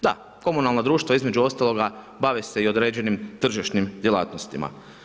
Da, komunalno društvo između ostaloga bavi se i određenim tržišnim djelatnostima.